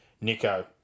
Nico